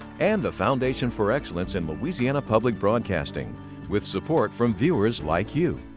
and the foundation for excellence in louisiana public broadcasting with support from viewers like you.